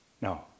No